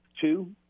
two